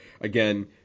Again